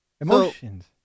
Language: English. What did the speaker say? emotions